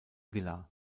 villa